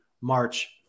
March